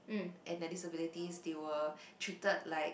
and the disabilities they were treated like